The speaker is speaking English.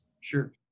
Sure